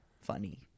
funny